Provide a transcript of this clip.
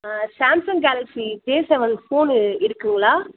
ஆ Samsung Galaxy J seven phone இருக்குதுங்களா